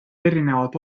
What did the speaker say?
erinevad